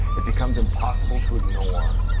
it becomes impossible to ignore